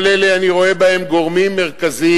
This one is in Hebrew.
כל אלה, אני רואה בהם גורמים מרכזיים